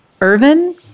Irvin